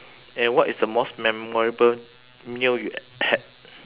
and what is the most memorable meal you had